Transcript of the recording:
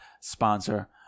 sponsor